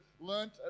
learned